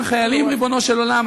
ריבונו של עולם,